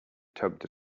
tugged